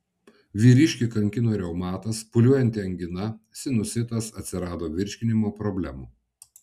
vyriškį kankino reumatas pūliuojanti angina sinusitas atsirado virškinimo problemų